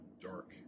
dark